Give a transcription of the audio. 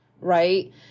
right